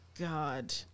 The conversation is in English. God